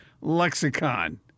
lexicon